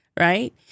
right